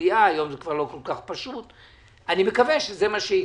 אני מקווה שזה מה שייקרה.